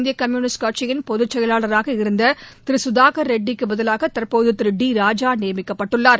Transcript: இந்திய கம்யூனிஸ்ட் கட்சியின் பொதுச் செயலாளராக இருந்த திரு கதாகர் ரெட்டிக்கு பதிவாக தற்போது திரு டி ராஜா நியமிக்கப்பட்டுள்ளார்